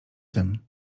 tym